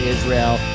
Israel